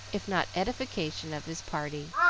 if not edification, of his party.